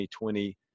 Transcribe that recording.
2020